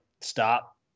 Stop